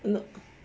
you know